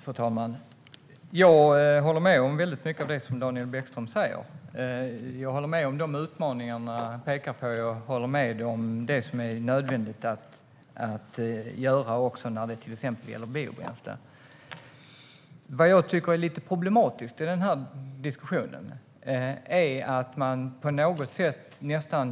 Fru talman! Jag håller med om väldigt mycket av det som Daniel Bäckström säger. Jag håller med om de utmaningar som han pekar på och om det som är nödvändigt att göra när det gäller till exempel biobränslen. Vad jag tycker är lite problematiskt i den här diskussionen är att man på något sätt